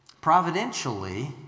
providentially